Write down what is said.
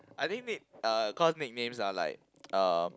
I think nick~ uh cause nicknames are like uh